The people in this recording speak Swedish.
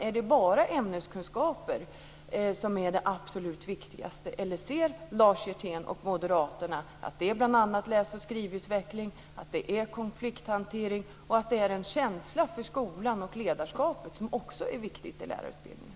Är det ämneskunskaper som är det absolut viktigaste? Eller ser Lars Hjertén och Moderaterna att bl.a. läsoch skrivutveckling, konflikthantering och en känsla för skola och ledarskap också är viktiga i lärarutbildningen?